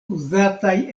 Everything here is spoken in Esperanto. uzataj